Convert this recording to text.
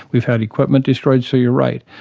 we've had equipment destroyed. so you're right.